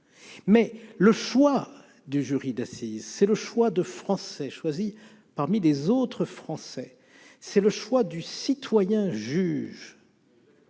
le choix du jury d'assises, c'est le choix de Français désignés parmi les Français, c'est le choix du citoyen-juge,